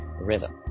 rhythm